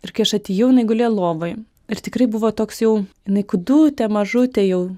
ir kai aš atėjau jinai gulėjo lovoj ir tikrai buvo toks jau jinai kūdutė mažutė jau